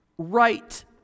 Right